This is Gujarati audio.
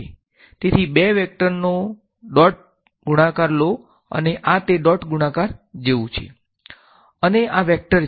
તેથી બે વેક્ટર નો ડોટ ગુણાકાર લો અને આ તે ડોટ ગુણાકાર જેવું છે અને આ વેકટર છે